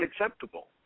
unacceptable